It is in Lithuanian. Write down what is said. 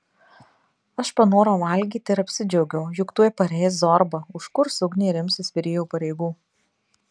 aš panorau valgyti ir apsidžiaugiau juk tuoj pareis zorba užkurs ugnį ir imsis virėjo pareigų